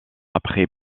après